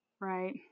Right